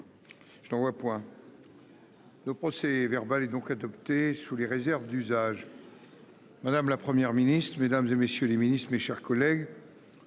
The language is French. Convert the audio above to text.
Je vois point. Le procès verbal est donc adopté sous les réserves d'usage. Madame, la Première ministre, mesdames et messieurs les ministres, mes chers collègues.